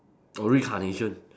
or reincarnation